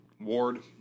Ward